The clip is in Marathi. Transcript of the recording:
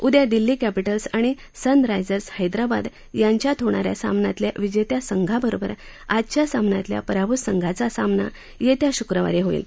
उद्या दिल्ली कॅप्टिल्स आणि सनरायजर्स हैदराबाद यांच्यात होणाऱ्या सामन्यातल्या विजेत्या संघाबरोबर आजच्या सामन्यातल्या पराभूत संघाचा सामना येत्या शुक्रवारी होईल